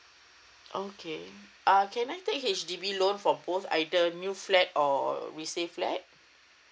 okay err can I take H_D_B loan for both either new flat or resale flat